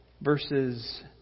verses